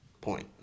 point